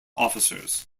officers